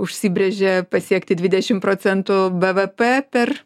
užsibrėžė pasiekti dvidešim procentų bvp per